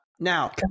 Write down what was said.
Now